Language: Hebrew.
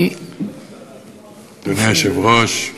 אדוני היושב-ראש,